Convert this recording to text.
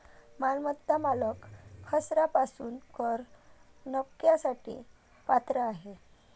मालमत्ता मालक घसारा पासून कर नफ्यासाठी पात्र आहे